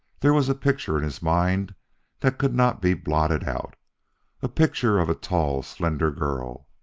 there was a picture in his mind that could not be blotted out a picture of a tall, slender girl,